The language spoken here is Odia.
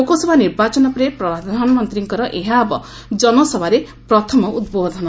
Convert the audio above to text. ଲୋକସଭା ନିର୍ବାଚନ ପରେ ପ୍ରଧାନମନ୍ତ୍ରୀଙ୍କର ଏହା ହେବ ଜନସଭାରେ ପ୍ରଥମ ଉଦ୍ବୋଧନ